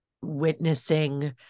witnessing